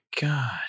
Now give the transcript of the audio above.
god